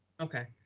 okay.